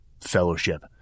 fellowship